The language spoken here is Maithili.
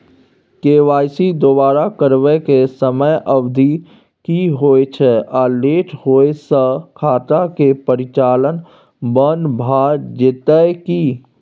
के.वाई.सी दोबारा करबै के समयावधि की होय छै आ लेट होय स खाता के परिचालन बन्द भ जेतै की?